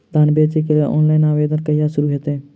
धान बेचै केँ लेल ऑनलाइन आवेदन कहिया शुरू हेतइ?